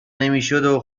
نمیشدو